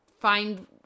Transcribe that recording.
find